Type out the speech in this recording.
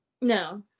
no